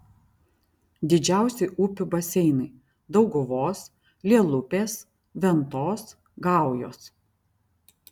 didžiausi upių baseinai dauguvos lielupės ventos gaujos